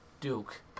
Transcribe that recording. Duke